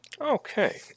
Okay